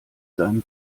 seinen